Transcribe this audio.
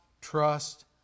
trust